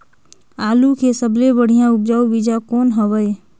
आलू के सबले बढ़िया उपजाऊ बीजा कौन हवय?